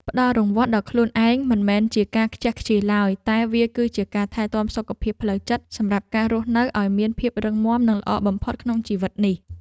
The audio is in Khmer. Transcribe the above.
ផ្ដល់រង្វាន់ដល់ខ្លួនឯងមិនមែនជាការខ្ជះខ្ជាយឡើយតែវាគឺជាការថែទាំសុខភាពផ្លូវចិត្តសម្រាប់ការរស់នៅឱ្យមានភាពរឹងមាំនិងល្អបំផុតក្នុងជីវិតនេះ។